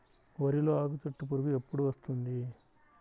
వరిలో ఆకుచుట్టు పురుగు ఎప్పుడు వస్తుంది?